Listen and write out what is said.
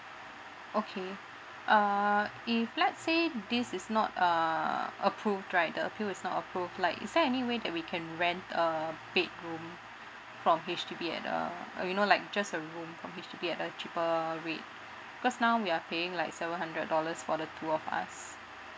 okay uh if let's say this is not uh approved right the appeal is not approve like is there any way that we can rent a bedroom from H_D_B at a you know like just a room from H_D_B at a cheaper rate because now we are paying like seven hundred dollars for the two of us